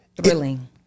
thrilling